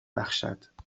بخشد